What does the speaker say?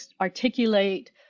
articulate